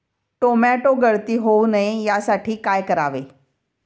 Tomato गळती होऊ नये यासाठी काय करावे?